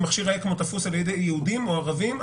מכשיר האקמו תפוס על ידי יהודים או ערבים.